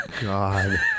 god